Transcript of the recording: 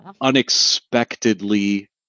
Unexpectedly